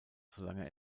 solange